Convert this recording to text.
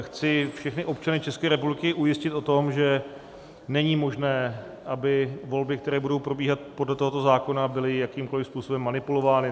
Chci všechny občany České republiky ujistit o tom, že není možné, aby volby, které budou probíhat podle tohoto zákona, byly jakýmkoli způsobem manipulovány.